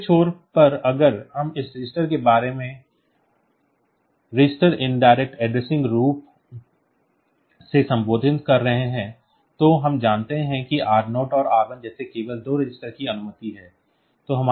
दूसरे छोर पर अगर हम इस रजिस्टर के बारे में अप्रत्यक्ष रूप से संबोधित कर रहे हैं तो हम जानते हैं कि R0 और R1 जैसे केवल दो रजिस्टर की अनुमति है